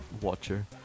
watcher